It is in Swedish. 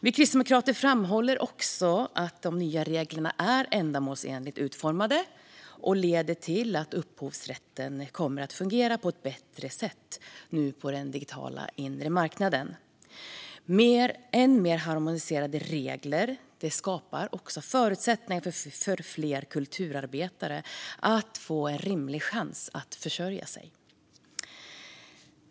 Vi kristdemokrater framhåller också att de nya reglerna är ändamålsenligt utformade och leder till att upphovsrätten nu kommer att fungera på ett bättre sätt på den digitala inre marknaden. Mer harmoniserade regler skapar förutsättningar för fler kulturarbetare att få en rimlig chans att försörja sig.